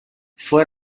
fue